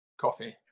Coffee